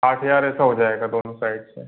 आठ हजार ऐसा हो जाएगा दोनों साइड से